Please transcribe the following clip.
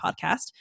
podcast